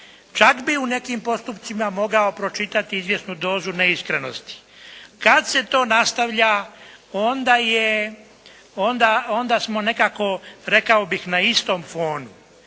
Čak bih u nekim postupcima mogao pročitati izvjesnu dozu neiskrenosti. Kad se to nastavlja onda je, onda smo nekako rekao bih na istom «phonu».